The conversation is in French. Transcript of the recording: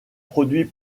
produit